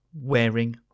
wearing